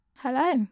Hello